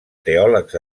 teòlegs